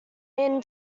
mean